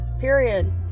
Period